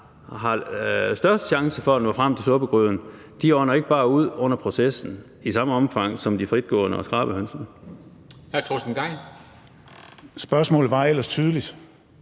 der har størst chance for at nå frem til suppegryden. De ånder ikke bare ud under processen i samme omfang som de fritgående og skrabehønsene.